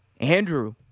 Andrew